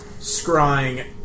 scrying